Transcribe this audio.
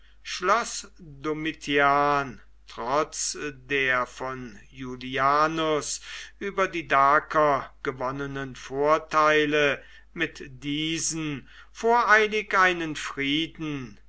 trotz der von iulianus über die daker gewonnenen vorteile mit diesen voreilig einen frieden